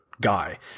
guy